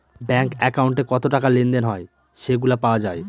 bank একাউন্টে কত টাকা লেনদেন হয় সেগুলা পাওয়া যায়